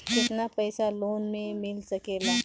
केतना पाइसा लोन में मिल सकेला?